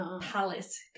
Palace